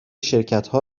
شرکتها